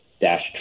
dash